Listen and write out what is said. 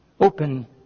Open